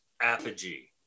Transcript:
apogee